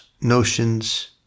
notions